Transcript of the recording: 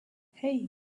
hey